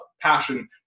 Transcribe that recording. passion